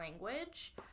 language